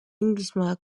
inglismaa